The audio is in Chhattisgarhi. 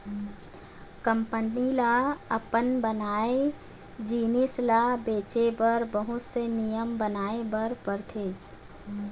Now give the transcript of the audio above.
कंपनी ल अपन बनाए जिनिस ल बेचे बर बहुत से नियम बनाए बर परथे